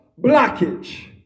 blockage